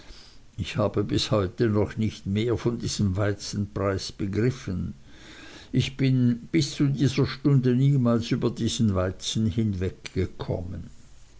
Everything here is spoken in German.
ich habe bis heute noch nicht mehr von diesem weizenpreis begriffen ich bin bis zu dieser stunde niemals über diesen weizen hinweggekommen